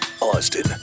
austin